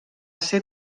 ser